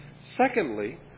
Secondly